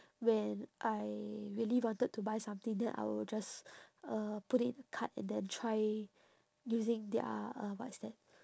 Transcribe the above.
when I really wanted to buy something then I will just uh put it in cart and then try using their uh what is that